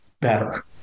better